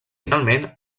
finalment